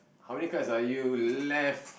how many class are you left